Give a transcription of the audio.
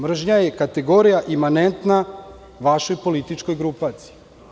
Mržnja je kategorija imanentna vašoj političkoj grupaciji.